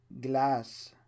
glass